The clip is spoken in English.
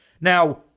Now